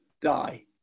die